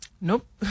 Nope